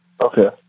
Okay